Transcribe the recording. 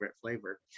flavor